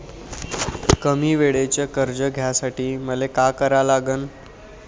कमी वेळेचं कर्ज घ्यासाठी मले का करा लागन?